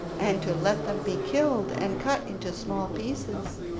and to let them be killed and cut into small pieces.